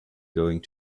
going